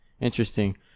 interesting